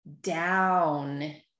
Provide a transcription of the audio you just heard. down